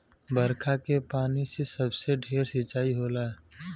बरखा के पानी से सबसे ढेर सिंचाई होला